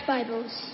Bibles